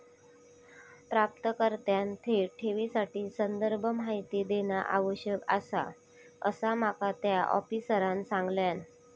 प्राप्तकर्त्याने थेट ठेवीसाठी संदर्भ माहिती देणा आवश्यक आसा, असा माका त्या आफिसरांनं सांगल्यान